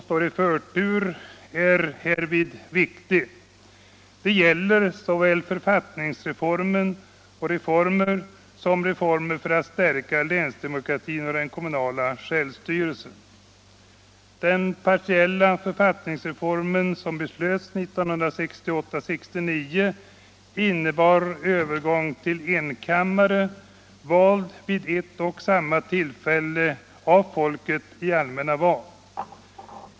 Den partiella författningsreformen som beslöts 1968 innebar övergång till enkammare, vald vid ett och samma tillfälle av folket i allmänna val.